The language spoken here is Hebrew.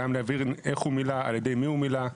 גם להבהיר איך הוא מילא, על ידי מי הוא מילא,